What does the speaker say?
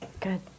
Good